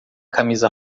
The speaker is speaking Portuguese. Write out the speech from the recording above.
camisa